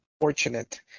fortunate